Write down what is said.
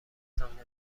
ساندویچ